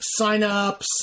signups